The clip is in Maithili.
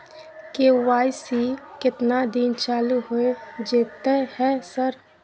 के.वाई.सी केतना दिन चालू होय जेतै है सर?